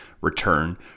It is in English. return